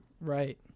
right